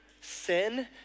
sin